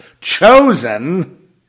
chosen